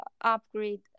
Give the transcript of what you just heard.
upgrade